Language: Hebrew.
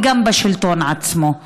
וגם בשלטון עצמו.